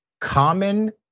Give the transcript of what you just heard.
common